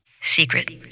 secret